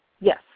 Yes